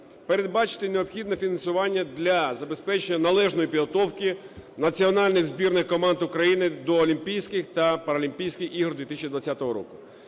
передбачити необхідне фінансування для забезпечення належної підготовки національних збірних команд України до Олімпійських та Паралімпійських ігор 2020 року;